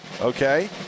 Okay